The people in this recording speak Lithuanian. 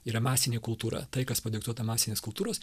yra masinė kultūra tai kas padiktuota masinės kultūros